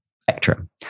spectrum